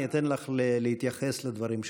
אני אתן לך להתייחס לדברים שנאמרו.